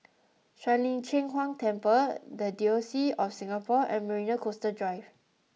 Shuang Lin Cheng Huang Temple The Diocese of Singapore and Marina Coastal Drive